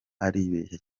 aribeshya